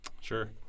Sure